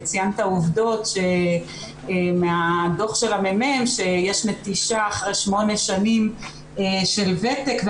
ציינת עובדות מהדוח של המ.מ.מ שיש נטישה אחרי שמונה של שנים של ותק,